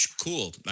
cool